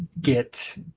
get